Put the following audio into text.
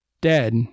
dead